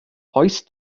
hoist